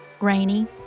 Rainy